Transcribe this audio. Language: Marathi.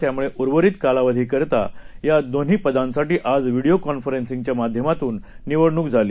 त्यामुळे उर्वरित कालावधीकरता या दोन्ही पदांसाठी आज व्हिडिओ कॉन्फरन्सिंगच्या माध्यमातून निवडणूक झाली